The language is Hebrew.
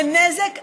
זה נזק למדינה,